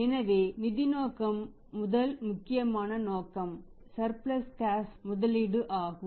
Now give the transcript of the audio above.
எனவே நிதி நோக்கம் முதல் முக்கியமான நோக்கம் அது ஸர்ப்லஸ் கேஸ் ன் முதலீடு ஆகும்